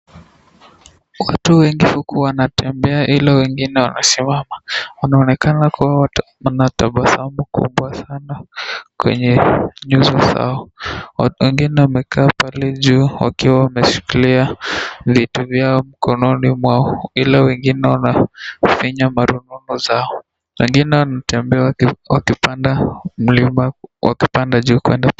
Watu wengi huku wanatembea ila wengine wanasimama. Wanaonekana kuwa wana tabasamu kubwa sana kwenye nyuso zao. Wengine wamekaa pale juu wakiwa wameshikilia vitu vyao mkononi mwao, ila wengine wanafinywa marununu zao. Wengine wanatembea wakipanda mlima wakipanda juu kwenda.